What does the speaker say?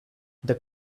the